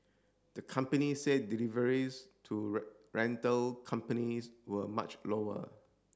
the company said deliveries to rental companies were much lower